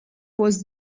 was